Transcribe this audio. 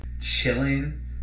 chilling